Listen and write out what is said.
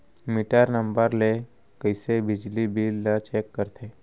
Metre number ले कइसे बिजली बिल ल चेक करथे?